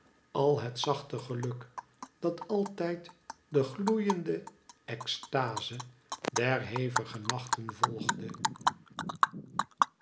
al het zachte geluk dat altijd de gloeiende extaze der hevige nachten volgde